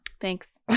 Thanks